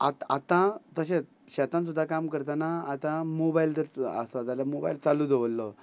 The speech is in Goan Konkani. आत आतां तशेंच शेतान सुद्दां काम करतना आतां मोबायल जर आसा जाल्यार मोबायल चालू दवरलो